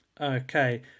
Okay